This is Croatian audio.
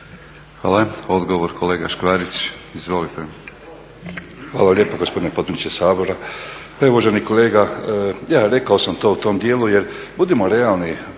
Hvala. Odgovor, kolega Škvarić. **Škvarić, Marijan (HNS)** Hvala lijepo gospodine potpredsjedniče Sabora. Pa evo uvaženi kolega je rekao sam to u tom dijelu jer budimo realni